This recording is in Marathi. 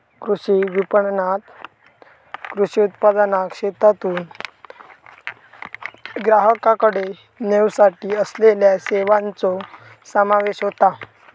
कृषी विपणणात कृषी उत्पादनाक शेतातून ग्राहकाकडे नेवसाठी असलेल्या सेवांचो समावेश होता